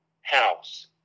house